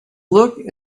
look